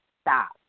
stop